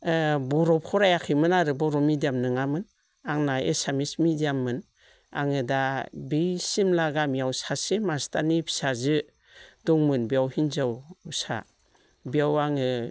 बर' फरायाखैमोन आरो बर' मिडियाम नङामोन आंना एसामिस मिडियाममोन आङो दा बे सिमला गामियाव सासे मास्टारनि फिसाजो दंमोन बेयाव हिनजावसा बेयाव आङो